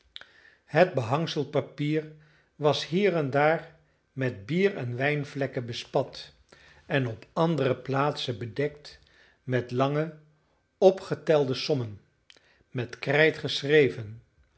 het behangselpapier was hier en daar met bier en wijnvlekken bespat en op andere plaatsen bedekt met lange opgetelde sommen met krijt geschreven